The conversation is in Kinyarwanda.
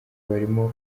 barimo